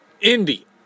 Indy